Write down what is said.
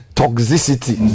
toxicity